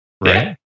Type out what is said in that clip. right